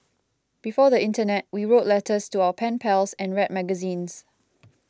before the internet we wrote letters to our pen pals and read magazines